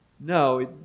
No